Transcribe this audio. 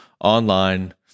online